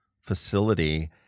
facility